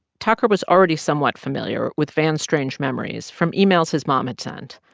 tucker was already somewhat familiar with van's strange memories from emails his mom had sent,